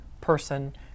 person